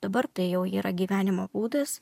dabar tai jau yra gyvenimo būdas